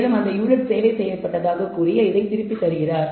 மேலும் அந்த யூனிட் சேவை செய்யப்பட்டதாகக் கூறி இதை திருப்பித் தருகிறார்